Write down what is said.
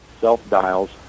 self-dials